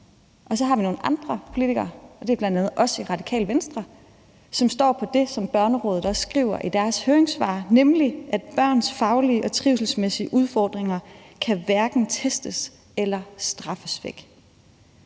og så har vi nogle andre politikere, og det er bl.a. os i Radikale Venstre, som står på det, som Børnerådet også skriver i deres høringssvar, nemlig at børns faglige og trivselsmæssige udfordringer hverken kan testes eller straffes væk.